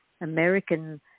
American